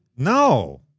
No